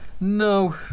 No